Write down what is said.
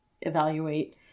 evaluate